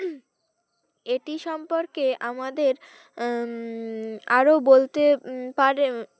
এটি সম্পর্কে আমাদের আরো বলতে পারে